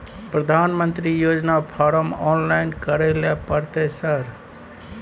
प्रधानमंत्री योजना form online करैले परतै सर?